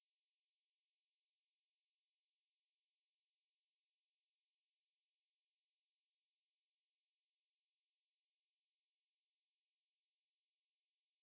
I actually hardly ever got shin splint once in a while I'll get but then like massage this and that then okay for me it doesn't come as a recurring problem I don't know why for you